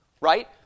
right